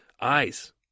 eyes